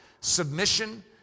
submission